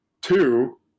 Two